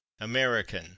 American